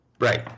right